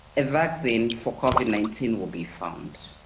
a vaccine for covid nineteen will be found.